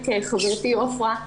חברתי עפרה,